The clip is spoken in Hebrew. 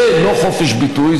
זה לא חופש ביטוי.